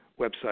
website